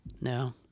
No